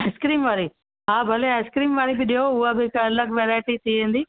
ice cream वारी हा भले आइस्क्रीम वारी ॾियो हूअ बि हिकु अलॻि वैरायटी थी वेंदी